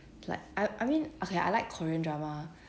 like I I mean okay I like korean drama